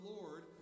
Lord